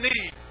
need